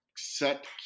set